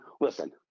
listen